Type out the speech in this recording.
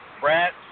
Brad